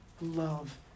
love